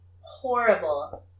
horrible